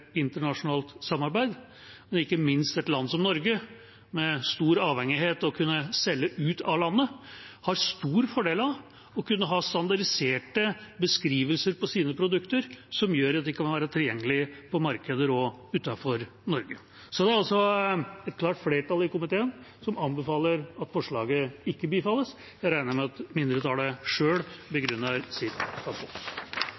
internasjonalt samarbeid. Ikke minst et land som Norge, som er svært avhengig av å kunne selge ut av landet, har stor fordel av å kunne ha standardiserte beskrivelser på sine produkter, som gjør at de kan være tilgjengelige på markeder også utenfor Norge. Det er altså et klart flertall i komiteen som anbefaler at forslaget ikke bifalles. Jeg regner med at mindretallet sjøl